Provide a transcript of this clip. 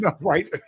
Right